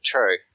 True